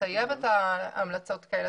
לטייב את ההמלצות האלה.